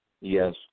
Yes